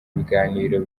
ibiganiro